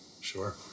Sure